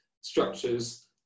structures